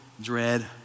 dread